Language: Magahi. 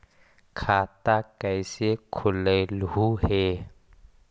खाता कैसे खोलैलहू हे?